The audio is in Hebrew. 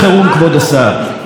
אתה יודע מה זה mode חירום.